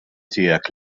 tiegħek